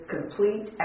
complete